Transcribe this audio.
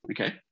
okay